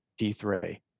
D3